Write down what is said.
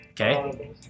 Okay